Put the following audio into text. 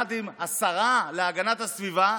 יחד עם השרה להגנת הסביבה,